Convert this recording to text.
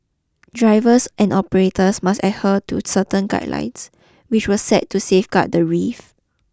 drivers and operators must I heard to certain guidelines which were set to safeguard the reef